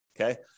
okay